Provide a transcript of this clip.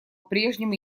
прежнему